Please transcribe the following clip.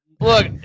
Look